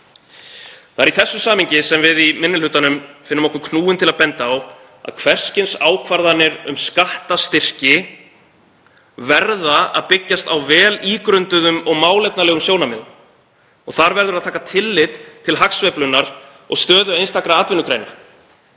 Það er í því samhengi sem við í minni hlutanum finnum okkur knúin til að benda á að hvers kyns ákvarðanir um skattstyrki verða að byggjast á vel ígrunduðum og málefnalegum sjónarmiðum og þar verður að taka tillit til hagsveiflunnar og stöðu einstakra atvinnugreina.